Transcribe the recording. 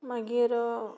मागीर